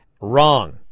Wrong